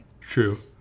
True